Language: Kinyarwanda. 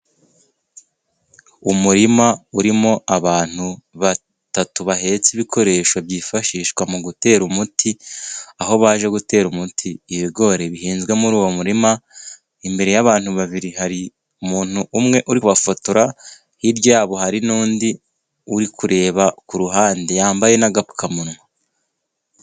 Umurima urimo abantu batatu bahetse ibikoresho byifashishwa mu gutera umuti aho baje gutera umuti ibigori bihinzwe muri uwo murima .Imbere y'abantu babiri hari umuntu umwe uri kubafotora, hirya yabo hari n'undi uri kureba ku ruhande yambaye n'agapfukamunwa.